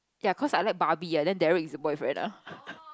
ya cause I like Barbie ah then Derrick is her boyfriend ah